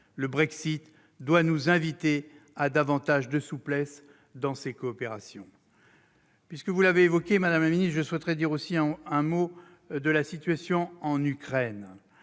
Le Brexit doit nous inviter à davantage de souplesse dans les coopérations. Puisque vous l'avez évoquée, madame la ministre, je souhaite dire également un mot de la situation en Ukraine.